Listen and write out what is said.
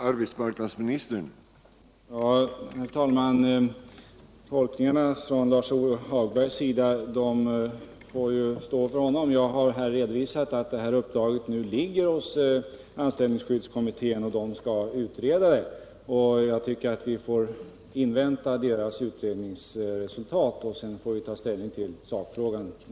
Herr talman! Lars-Ove Hagbergs tolkningar får givetvis stå för honom själv. Jag har redovisat att anställningsskyddskommittén har detta utredningsuppdrag. Jag tycker att vi skall invänta kommitténs utredningsresultat. Sedan får vi ta ställning till sakfrågan.